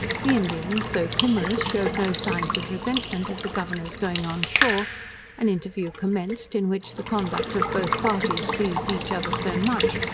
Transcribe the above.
the indians, though timorous, shewed no signs of resentment at the governor's going on shore an interview commenced, in which the conduct of both parties pleased each other so much,